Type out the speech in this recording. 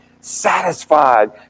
satisfied